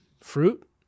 Fruit